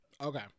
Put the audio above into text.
okay